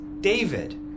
David